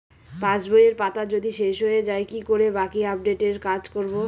পাসবইয়ের পাতা যদি শেষ হয়ে য়ায় কি করে বাকী আপডেটের কাজ করব?